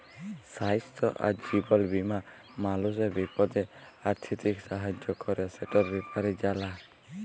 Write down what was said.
স্বাইস্থ্য আর জীবল বীমা মালুসের বিপদে আথ্থিক সাহায্য ক্যরে, সেটর ব্যাপারে জালা